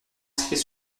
inscrits